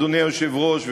אדוני היושב-ראש,